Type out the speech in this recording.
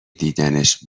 دیدنش